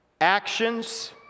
actions